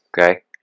Okay